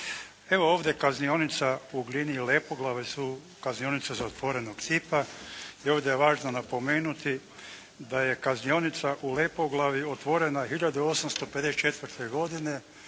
Evo, ovdje kaznionica u Glini i Lepoglavi su kaznionice zatvorenog tipa i ovdje je važno napomenuti da je kaznionica u Lepoglavi otvorena 1854. godine.